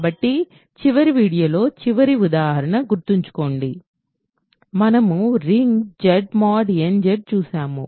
కాబట్టి చివరి వీడియోలో చివరి ఉదాహరణ గుర్తుంచుకోండి మనము ring Z mod n Z చూసాము